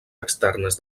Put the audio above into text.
externes